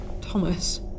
Thomas